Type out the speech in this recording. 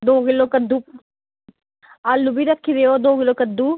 दौ किलो कद्दू आलू बी रक्खे दे दौ किलो कद्दू